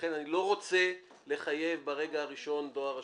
לכן אני לא רוצה לחייב ברגע הראשון דואר רשום.